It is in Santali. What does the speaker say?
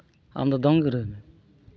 ᱟᱢ ᱫᱚ ᱫᱚᱝ ᱜᱮ ᱨᱩᱭ ᱢᱮ